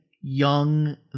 Young